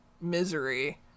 misery